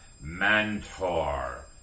Mantor